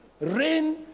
Rain